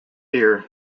here